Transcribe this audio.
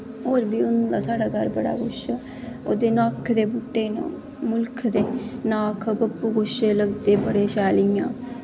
होर बी होंदा साढ़ै घर बड़ा किश ओह्दे नाक्खे दे बूह्टे न नाख बग्गू गोशे लगदे बड़े शैल इ'यां